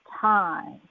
time